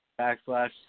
backslash